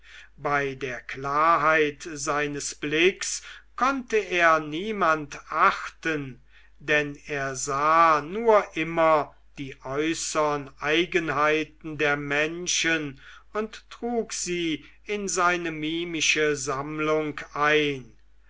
bei der klarheit seines blicks konnte er niemand achten denn er sah nur immer die äußern eigenheiten der menschen und trug sie in seine mimische sammlung ein